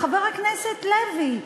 חבר הכנסת לוי,